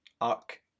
arc